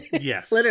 Yes